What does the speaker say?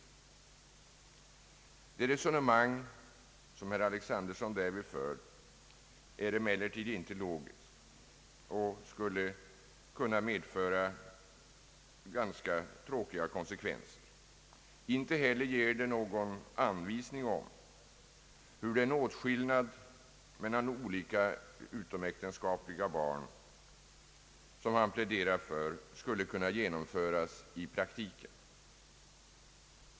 Det resonemang som herr Alexanderson därvid för är emellertid inte 1ogiskt och skulle kunna medföra ganska tråkiga konsekvenser. Inte heller ger det någon anvisning om hur den åtskillnad mellan olika utomäktenskapliga barn som han pläderar för skulle kunna genomföras i praktiken.